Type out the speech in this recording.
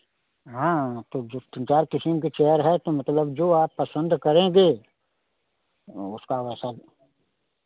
हाँ तो जो तीन चार किस्म के चेयर है तो मतलब जो आप पसंद करेंगे उसका वैसा